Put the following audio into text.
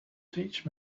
teach